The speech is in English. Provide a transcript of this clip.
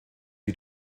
you